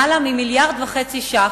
למעלה מ-1.5 מיליארד ש"ח,